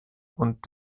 und